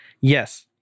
Yes